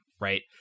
right